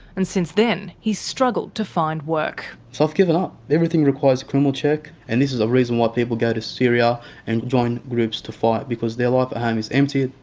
and since then he's struggled to find work. so i've given up, everything requires a criminal check. and this is the reason why people go to syria and join groups to fight, because their life at home is empty,